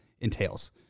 entails